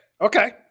okay